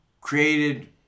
created